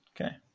Okay